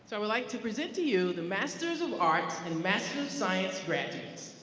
so would like to present to you the masters of arts in master's of science grantings.